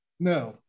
No